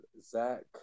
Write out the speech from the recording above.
Zach